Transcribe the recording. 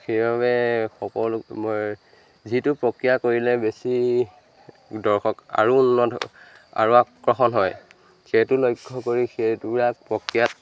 সেইবাবে সকলোক মই যিটো প্ৰক্ৰিয়া কৰিলে বেছি দৰ্শক আৰু উন্নত আৰু আকৰ্ষণ হয় সেইটো লক্ষ্য কৰি সেইটো প্ৰক্ৰিয়াত